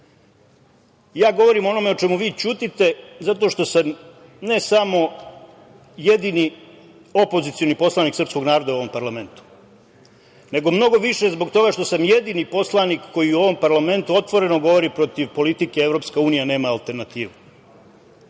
NATO.Govorim o onome o čemu vi ćutite zato što sam ne samo jedini opozicioni poslanik srpskog naroda u ovom parlamentu, nego mnogo više zbog toga što sam jedini poslanik koji u ovom parlamentu otvoreno govori protiv politike EU nema alternativu.